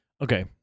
Okay